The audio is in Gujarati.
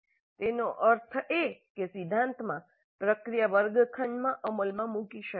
તેનો અર્થ એ કે સિદ્ધાંતમાં પ્રક્રિયા વર્ગખંડમાં અમલમાં મૂકી શકાય છે